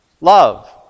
Love